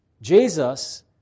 Jesus